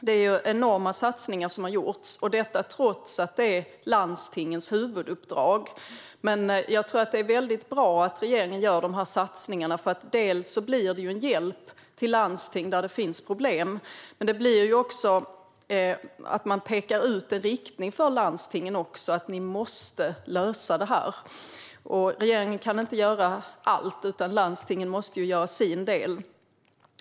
Det är enorma satsningar som har gjorts - detta trots att det är landstingens huvuduppdrag. Jag tror att det är väldigt bra att regeringen gör dessa satsningar. Det blir en hjälp till landsting där det finns problem, men man pekar också ut en riktning för landstingen: Ni måste lösa detta! Regeringen kan inte göra allt, utan landstingen måste göra sin del.